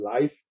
life